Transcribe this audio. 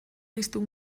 hiztun